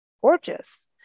gorgeous